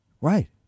Right